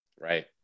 right